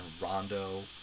Rondo